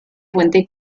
fuente